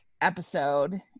episode